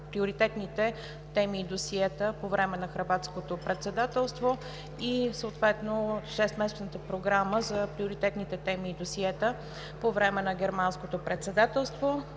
приоритетните теми и досиета по време на Хърватското председателство и Шестмесечната програма за приоритетните теми и досиета по време на Германското председателство.